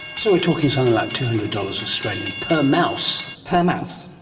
so we're talking something like two hundred dollars australian per mouse. per mouse.